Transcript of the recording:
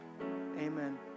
amen